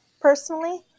personally